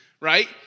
right